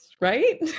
Right